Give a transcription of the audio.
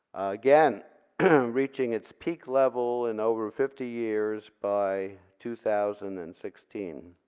again reaching its peak level in over fifty years by two thousand and sixteen.